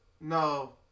No